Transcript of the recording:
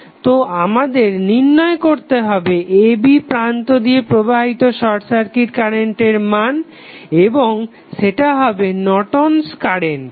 তো আমাদের নির্ণয় করতে হবে a b প্রান্ত দিয়ে প্রবাহিত শর্ট সার্কিট কারেন্টের মান এবং সেটা হবে নর্টন'স কারেন্ট Nortons current